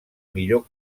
millor